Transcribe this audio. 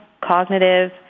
cognitive